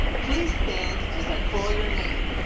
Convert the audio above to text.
please stand as i call your name.